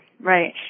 right